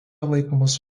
laikomas